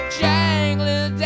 jangling